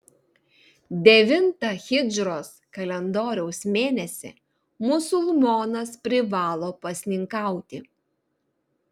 devintą hidžros kalendoriaus mėnesį musulmonas privalo pasninkauti